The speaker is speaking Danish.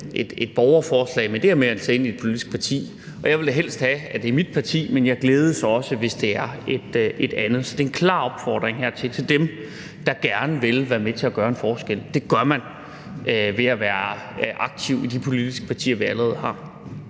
et borgerforslag, men det er at melde sig ind i et politisk parti. Og jeg vil da helst have, at det er mit parti, men jeg glædes også, hvis det er et andet. Så det er en klar opfordring til dem, der gerne vil være med til at gøre en forskel. Det gør man ved at være aktiv i de politiske partier, vi allerede har.